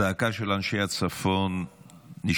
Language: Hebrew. הזעקה של אנשי הצפון נשמעת,